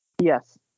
Yes